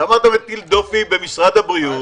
למה אתה מטיל דופי במשרד הבריאות?